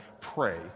Pray